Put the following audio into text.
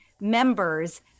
members